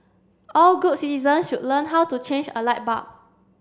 all good citizen should learn how to change a light bulb